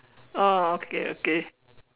oh okay okay